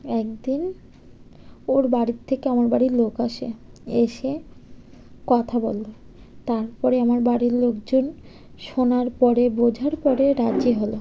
একদিন ওর বাড়ির থেকে আমার বাড়ি লোক আসে এসে কথা বলে তার পরে আমার বাড়ির লোকজন শোনার পরে বোঝার পরে রাজি হলো